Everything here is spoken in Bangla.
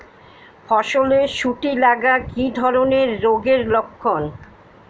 ফসলে শুটি লাগা কি ধরনের রোগের লক্ষণ?